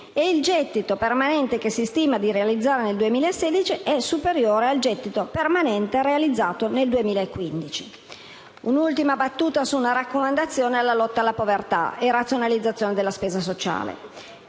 e il gettito permanente che si stima di realizzare nel 2016 è superiore al gettito permanente realizzato nel 2015. Aggiungo un'ultima battuta, una raccomandazione relativa alla lotta alla povertà e alla razionalizzazione della spesa sociale.